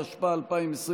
התשפ"א 2021,